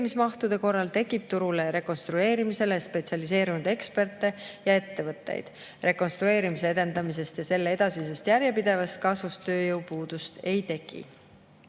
rekonstrueerimisele spetsialiseerunud eksperte ja ettevõtteid. Rekonstrueerimise edendamise ja selle edasise järjepideva kasvu [tulemusena] tööjõupuudust ei teki.